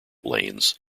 lanes